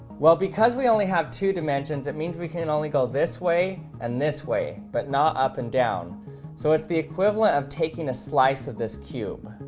well because we only have two dimensions. it means we can only go this way and this way but not up and down so it's the equivalent of taking a slice of this cube?